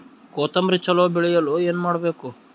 ಕೊತೊಂಬ್ರಿ ಚಲೋ ಬೆಳೆಯಲು ಏನ್ ಮಾಡ್ಬೇಕು?